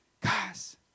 guys